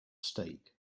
stake